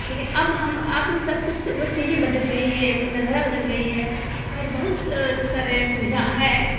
لیکن اب ہم اب سب کچھ وہ چیزیں بدل گئی ہے وہ نظارہ بدل گئی ہے اور بہت سارے سویدھا ہے